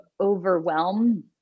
overwhelm